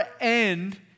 end